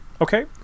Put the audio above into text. Okay